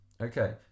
okay